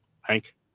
Hank